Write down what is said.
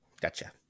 Gotcha